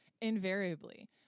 invariably